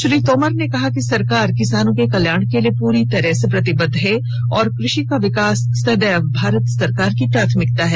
श्री तोमर ने कहा कि सरकार किसानों के कल्याण के लिए पूरी तरह से प्रतिबद्व है और कृषि का विकास सदैव भारत सरकार की प्राथमिकता है